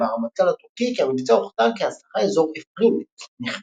והרמטכ"ל הטורקי כי המבצע הוכתר כהצלחה,